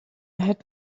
had